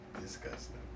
Disgusting